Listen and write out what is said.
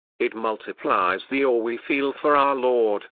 it multiplies the awe we feel for our lord,